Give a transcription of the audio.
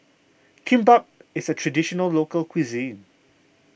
Kimbap is a Traditional Local Cuisine